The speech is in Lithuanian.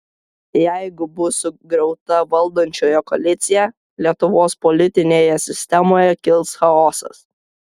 jeigu bus sugriauta valdančioji koalicija lietuvos politinėje sistemoje kils chaosas